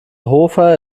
hofer